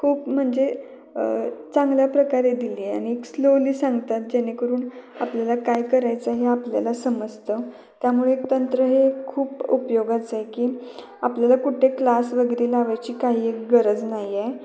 खूप म्हणजे चांगल्या प्रकारे दिली आहे आणि स्लोली सांगतात जेणेकरून आपल्याला काय करायचं हे आपल्याला समजतं त्यामुळे तंत्र हे खूप उपयोगाचं आहे की आपल्याला कुठे क्लास वगैरे लावायची काही एक गरज नाही आहे